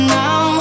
now